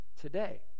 today